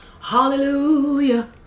Hallelujah